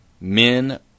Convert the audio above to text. Men